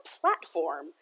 platform